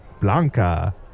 Blanca